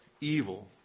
evil